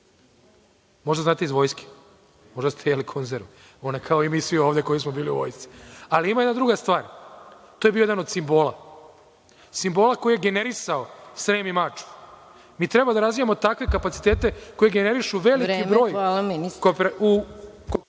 Možda znate iz vojske, možda ste jeli konzerve, one kao i mi svi ovde koji smo bili u vojsci, ali ima jedna druga stvar, to je bio jedan od simbola, simbola koji je generisao Srem i Mačvu. Mi trba da razvijamo takve kapacitete. **Maja Gojković** Vreme. HvalaSad